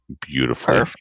beautifully